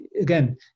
again